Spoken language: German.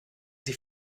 sie